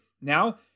now